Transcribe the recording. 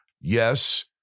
Yes